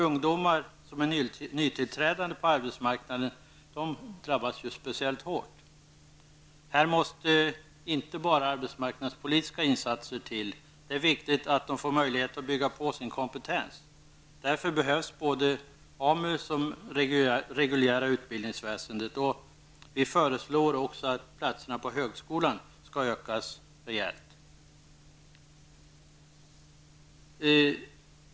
Ungdomar som är nytillträdande på arbetsmarknaden drabbas speciellt hårt. Här måste inte bara arbetsmarknadspolitiska insatser till. Det är viktigt att de får möjligheter att bygga på sin kompetens. Därför behövs AMU som det reguljära utbildningsväsendet. Vi föreslår också att platserna vid högskolan skall ökas rejält.